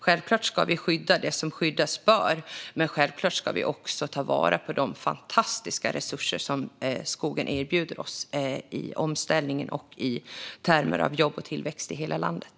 Självklart ska vi skydda det som skyddas bör, och vi ska självklart ta vara på de fantastiska resurser som skogen erbjuder oss i omställning och i termer av jobb och tillväxt i hela landet.